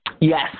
Yes